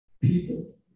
people